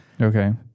Okay